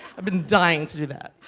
i've been dying to do that.